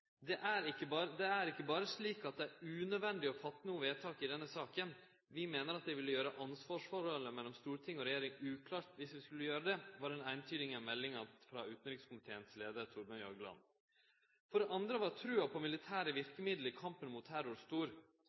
er ikke bare slik at det er unødvendig å fatte noe vedtak i denne saken. Vi mener at det ville gjøre ansvarsforholdet mellom storting og regjering uklart hvis vi skulle gjøre det.» Det var den eintydige meldinga frå utanrikskomiteens leiar, Thorbjørn Jagland. For det andre var trua på militære verkemiddel i kampen mot terror stor.